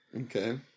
okay